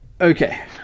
Okay